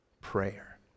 prayer